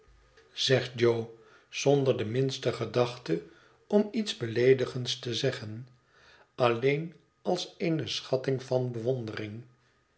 zegt jo zonder de minste gedachte om iets beleedigends te zeggen alleen als eene schatting van bewondering